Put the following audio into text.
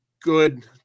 good